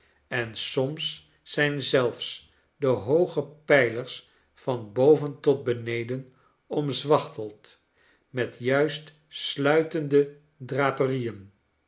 en soms zijn zelfs de hooge pijlers van boven tot beneden omzwachteld met juist sluitende draperieen